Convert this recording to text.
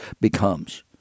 becomes